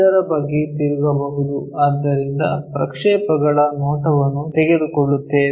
ಇದರ ಬಗ್ಗೆ ತಿರುಗಬಹುದು ಇದರಿಂದ ಪ್ರಕ್ಷೇಪಗಳ ನೋಟವನ್ನು ತೆಗೆದುಕೊಳ್ಳುತ್ತೇವೆ